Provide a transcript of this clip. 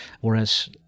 whereas